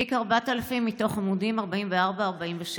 תיק 4000, מתוך עמ' 44 47: